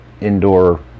indoor